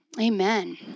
Amen